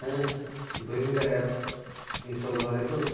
छैन दुईतिनवटा app install गरेको